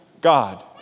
God